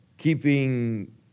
keeping